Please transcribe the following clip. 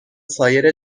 سایر